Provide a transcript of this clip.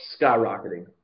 skyrocketing